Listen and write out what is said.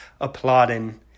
applauding